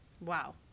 Wow